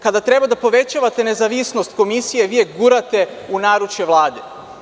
Kada treba da povećavate nezavisnost komisije vi je gurate u naručje Vlade.